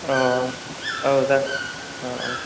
औ औ औ जागोन औ औ